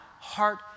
heart